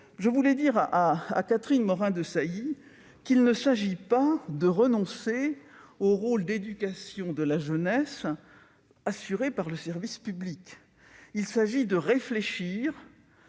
Je veux dire à Catherine Morin-Desailly qu'il ne s'agit pas de renoncer au rôle d'éducation de la jeunesse assuré par le service public. Il s'agit de réfléchir